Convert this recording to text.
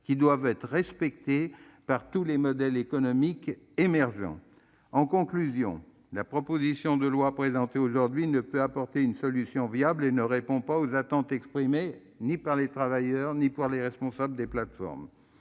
qui doivent être respectés par tous les modèles économiques émergents. Pour conclure, je dirai que la proposition de loi présentée aujourd'hui ne peut apporter une solution viable et ne répond ni aux attentes exprimées par les travailleurs ni à celles des responsables des plateformes.